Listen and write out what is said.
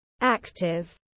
Active